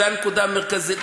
זו הנקודה המרכזית,